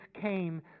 came